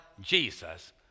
Jesus